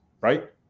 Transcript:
right